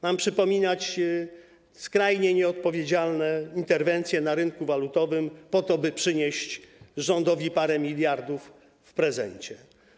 Mam przypominać skrajnie nieodpowiedzialne interwencje na rynku walutowym, po to by przynieść rządowi parę miliardów w prezencie?